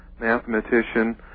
mathematician